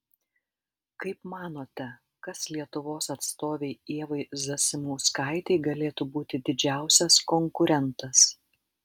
kaip manote kas lietuvos atstovei ievai zasimauskaitei galėtų būti didžiausias konkurentas